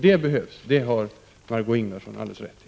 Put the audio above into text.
Detta behövs, det har Margö Ingvardsson alldeles rätt i.